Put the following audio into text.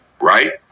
Right